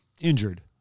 injured